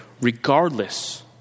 Regardless